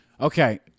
Okay